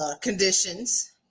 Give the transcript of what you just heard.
conditions